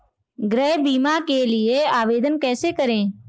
गृह बीमा के लिए आवेदन कैसे करें?